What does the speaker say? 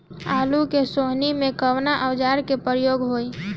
आलू के सोहनी में कवना औजार के प्रयोग होई?